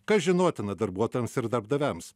kas žinotina darbuotojams ir darbdaviams